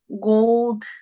gold